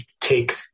take